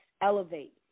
elevate